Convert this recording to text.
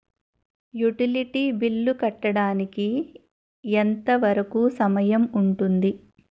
Utility bill కట్టడానికి ఎంత వరుకు సమయం ఉంటుంది?